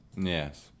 Yes